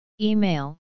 Email